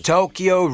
Tokyo